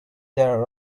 their